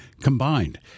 combined